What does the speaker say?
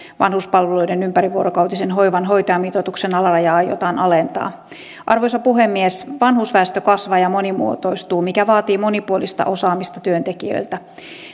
vanhuspalveluiden ympärivuorokautisen hoivan hoitajamitoituksen alarajaa aiotaan alentaa arvoisa puhemies vanhusväestö kasvaa ja monimuotoistuu mikä vaatii monipuolista osaamista työntekijöiltä